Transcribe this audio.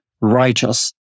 righteous